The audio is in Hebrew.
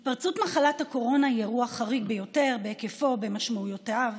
התפרצות מחלת הקורונה היא אירוע חריג ביותר בהיקפו ובמשמעויותיו.